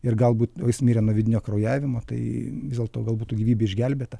ir galbūt o jis mirė nuo vidinio kraujavimo tai vis dėlto gal būtų gyvybė išgelbėta